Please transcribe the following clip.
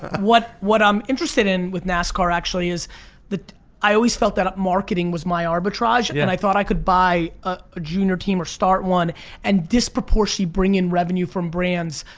what what i'm interested in with nascar actually is i always felt that marketing was my arbitrage and and i thought i could buy a junior team or start one and disproportionately bring in revenue from brands,